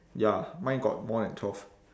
ya mine got more than twelve